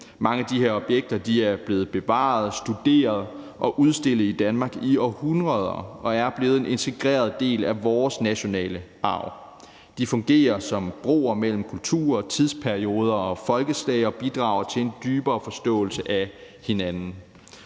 Mange af de her objekter er blevet bevaret studeret og udstillet i Danmark i århundreder og er blevet en integreret del af vores nationale arv. De fungerer som broer mellem kulturer, tidsperioder og folkeslag og bidrager til en dybere forståelse af hinanden.